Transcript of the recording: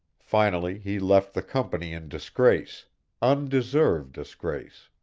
finally he left the company in disgrace undeserved disgrace.